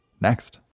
next